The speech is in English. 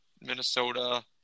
Minnesota